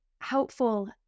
helpful